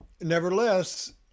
nevertheless